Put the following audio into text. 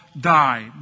die